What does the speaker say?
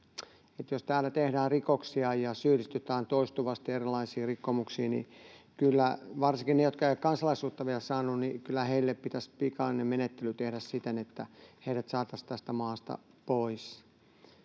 Jos täällä tehdään rikoksia ja syyllistytään toistuvasti erilaisiin rikkomuksiin, niin kyllä varsinkin niille, jotka eivät ole kansalaisuutta vielä saaneet, pitäisi pikainen menettely tehdä, niin että heidät saataisiin tästä maasta pois.